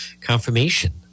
confirmation